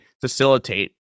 facilitate